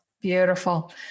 Beautiful